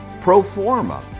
Proforma